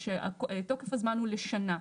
שתוקף זמן הוא לשנה.